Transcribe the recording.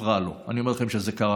אני אומר לכם שגם זה קרה.